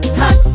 hot